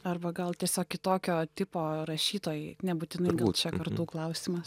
arba gal tiesiog kitokio tipo rašytojai nebūtinai čia kartų klausimas